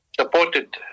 supported